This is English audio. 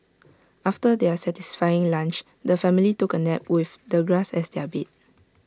after their satisfying lunch the family took A nap with the grass as their bed